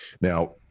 now